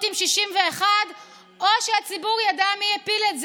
עם 61 או שהציבור ידע מי הפיל את זה"